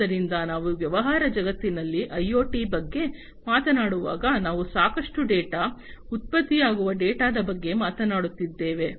ಆದ್ದರಿಂದ ನಾವು ವ್ಯವಹಾರ ಜಗತ್ತಿನಲ್ಲಿ ಐಒಟಿ ಬಗ್ಗೆ ಮಾತನಾಡುವಾಗ ನಾವು ಸಾಕಷ್ಟು ಡೇಟಾ ಉತ್ಪತ್ತಿಯಾಗುವ ಡೇಟಾದ ಬಗ್ಗೆ ಮಾತನಾಡುತ್ತಿದ್ದೇವೆ